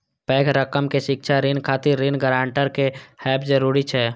पैघ रकम के शिक्षा ऋण खातिर ऋण गारंटर के हैब जरूरी छै